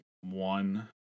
one